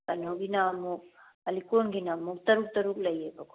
ꯀꯩꯅꯣꯒꯤꯅ ꯑꯃꯨꯛ ꯂꯤꯛꯀꯣꯟꯒꯤꯅ ꯑꯃꯨꯛ ꯇꯔꯨꯛ ꯇꯔꯨꯛ ꯂꯩꯌꯦꯕꯀꯣ